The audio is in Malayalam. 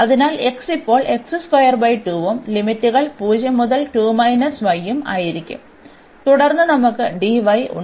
അതിനാൽ x ഇപ്പോൾ ഉം ലിമിറ്റുകൾ 0 മുതൽ 2 y ഉം ആയിരിക്കും തുടർന്ന് നമുക്ക് ഉണ്ട്